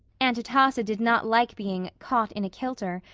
aunt atossa did not like being caught in a kilter,